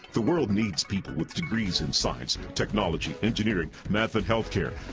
the world needs people with degrees in science, technology, engineering, math, and healthcare.